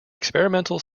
experimental